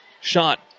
shot